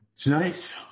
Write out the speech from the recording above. Tonight